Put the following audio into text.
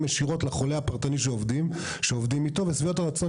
ישירות לחולה הפרטי שעובדים איתו ושביעות הרצון